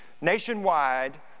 Nationwide